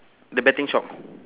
the betting shop